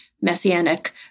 messianic